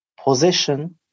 position